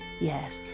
yes